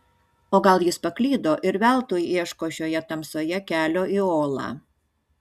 o gal jis paklydo ir veltui ieško šioje tamsoje kelio į olą